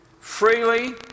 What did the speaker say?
freely